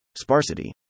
sparsity